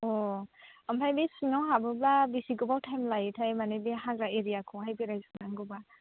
अ' ओमफ्राय बे सिङाव हाबोब्ला बेसे गोबाव टाइम लायोथाय माने बे हाग्रा एरियाखौहाय बेरायजोबनांगौबा